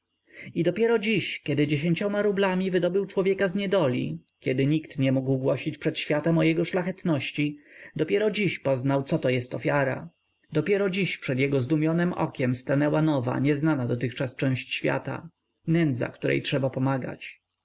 i dopiero dziś kiedy dziecięciomadziesięcioma rublami wydobył człowieka z niedoli kiedy nikt nie mógł głosić przed światem o jego szlachetności dopiero dziś poznał coto jest ofiara dopiero dziś przed jego zdumionem okiem stanęła nowa nieznana dotychczas część świata nędza której trzeba pomagać